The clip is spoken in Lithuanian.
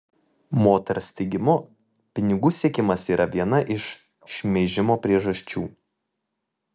moters teigimu pinigų siekimas yra viena iš šmeižimo priežasčių